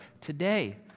today